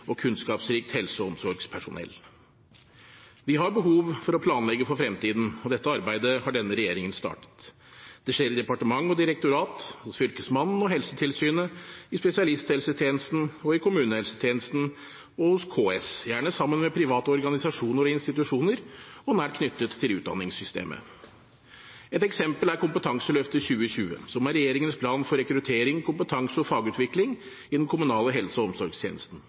og kunnskapsrikt helse- og omsorgspersonell. Vi har behov for å planlegge for fremtiden, og dette arbeidet har denne regjeringen startet. Det skjer i departement og direktorat, hos Fylkesmannen og Helsetilsynet, i spesialisthelsetjenesten, i kommunehelsetjenesten og hos KS – gjerne sammen med private organisasjoner og institusjoner og nært knyttet til utdanningssystemet. Et eksempel er Kompetanseløft 2020, som er regjeringens plan for rekruttering, kompetanse og fagutvikling i den kommunale helse- og omsorgstjenesten.